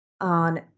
on